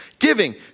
Giving